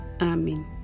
Amen